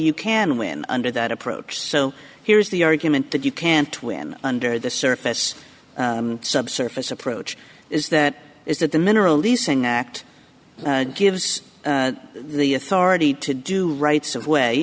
you can win under that approach so here's the argument that you can't win under the surface subsurface approach is that is that the mineral leasing act gives the authority to do rights of way